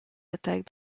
attaques